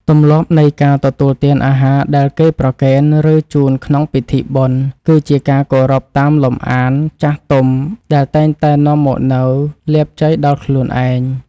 ទម្លាប់នៃការទទួលទានអាហារដែលគេប្រគេន ឬជូនក្នុងពិធីបុណ្យ គឺជាការគោរពតាមលំអានចាស់ទុំដែលតែងតែនាំមកនូវលាភជ័យដល់ខ្លួនឯង។